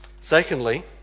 Secondly